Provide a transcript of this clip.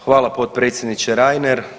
Hvala potpredsjedniče Reiner.